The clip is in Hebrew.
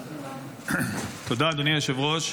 תודה, אדוני היושב-ראש.